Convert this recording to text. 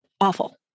awful